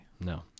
No